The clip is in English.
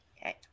Okay